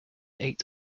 ate